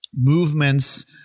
movements